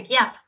Yes